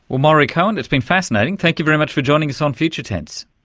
maurie cohen, it's been fascinating, thank you very much for joining us on future tense.